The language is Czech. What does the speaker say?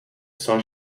psal